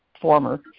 former